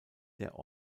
der